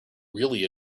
really